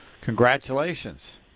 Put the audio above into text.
Congratulations